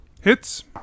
Hits